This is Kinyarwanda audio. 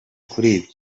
kuri